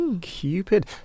Cupid